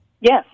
Yes